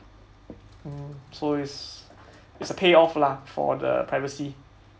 mm so is is a payoff lah for the privacy